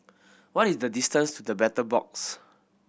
what is the distance to The Battle Box